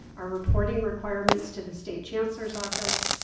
i reporting requirements to the state chancellor's office.